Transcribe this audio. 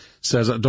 says